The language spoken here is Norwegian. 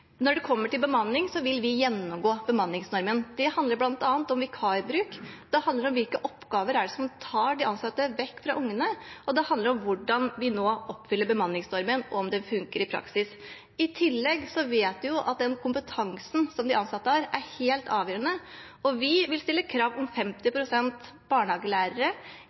Når det gjelder bemanning, vil vi gjennomgå bemanningsnormen. Det handler bl.a. om vikarbruk, det handler om hvilke oppgaver det er som tar de ansatte vekk fra ungene, og det handler om hvordan vi nå oppfyller bemanningsnormen, og om den funker i praksis. I tillegg vet vi at den kompetansen de ansatte har, er helt avgjørende. Vi vil stille krav om 50 pst. barnehagelærere